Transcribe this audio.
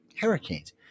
hurricanes